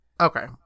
Okay